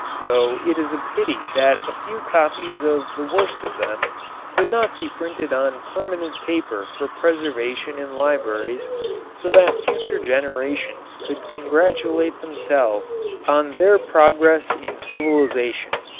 though it is a pity that a few copies of the worst of them could not be printed on permanent paper for preservation in libraries so that future generations could congratulate themselves on their progress in civilization.